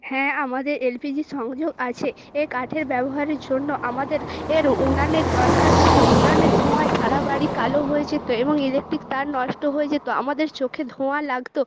হ্যাঁ আমাদের এলপিজি সংযোগ আছে এ কাঠের ব্যবহারের জন্য আমাদের এর উনানের দরকার ছিল উনানের ধোঁয়ায় সারা বাড়ি কালো হয়ে যেত এবং ইলেকট্রিক তার নষ্ট হয়ে যেত আমাদের চোখে ধোঁয়া লাগত